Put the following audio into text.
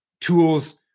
tools